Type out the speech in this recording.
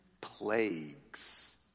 plagues